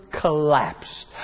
collapsed